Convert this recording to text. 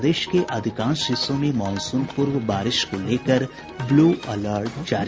प्रदेश के अधिकांश हिस्सों में मॉनसून पूर्व बारिश को लेकर ब्लू अलर्ट जारी